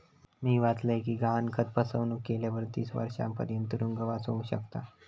मी वाचलय कि गहाणखत फसवणुक केल्यावर तीस वर्षांपर्यंत तुरुंगवास होउ शकता